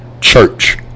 Church